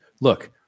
Look